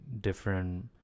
different